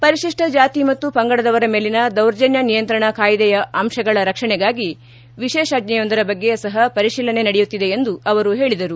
ಪರಿಶಿಷ್ಟ ಜಾತಿ ಮತ್ತು ಪಂಗಡದವರ ಮೇಲಿನ ದೌರ್ಜನ್ಯ ನಿಯಂತ್ರಣ ಕಾಯ್ದೆಯ ಅಂತಗಳ ರಕ್ಷಣೆಗಾಗಿ ವಿಶೇಷಾಜ್ಲೆಯೊಂದರ ಬಗ್ಗೆ ಸಹ ಪರಿಶೀಲನೆ ನಡೆಯುತ್ತಿದೆ ಎಂದು ಅವರು ಹೇಳಿದರು